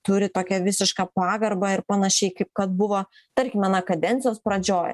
turi tokią visišką pagarbą ir panašiai kaip kad buvo tarkime na kadencijos pradžioj